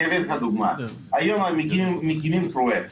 היום מקימים פרויקט